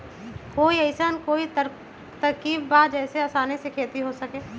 कोई अइसन कोई तरकीब बा जेसे आसानी से खेती हो सके?